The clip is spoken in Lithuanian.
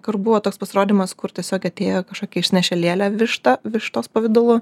kur buvo toks pasirodymas kur tiesiog atėjo kažkokia išnešė lėlę vištą vištos pavidalu